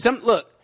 Look